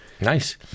nice